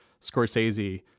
Scorsese